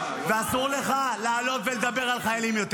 ואסור לך לעלות ולדבר על חיילים יותר.